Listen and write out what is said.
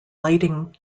lighting